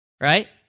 Right